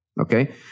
okay